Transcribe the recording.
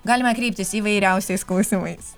galima kreiptis įvairiausiais klausimais